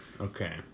Okay